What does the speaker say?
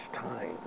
time